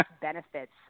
benefits